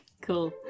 Cool